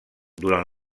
durant